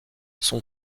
son